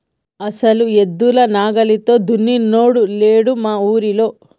అసలు ఎద్దుల నాగలితో దున్నినోడే లేడు మా ఊరిలో